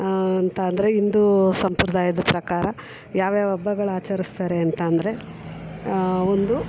ಅಂತ ಅಂದ್ರೆ ಹಿಂದೂ ಸಂಪ್ರದಾಯದ ಪ್ರಕಾರ ಯಾವ್ಯಾವ ಹಬ್ಬಗಳು ಆಚರಿಸ್ತಾರೆ ಅಂತ ಅಂದ್ರೆ ಒಂದು